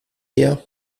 her